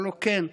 הוא אמר לו: כן.